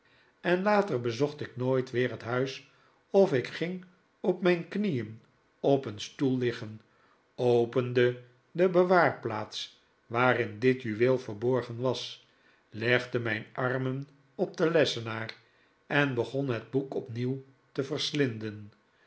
en later bezocht ik nooit weer het huis of ik ging op mijn knieen op een stoel liggen opende de bewaarplaats waarin dit juweel verborgen was legde mijn armen op den lessenaar en begon het boek opnieuw te verslinden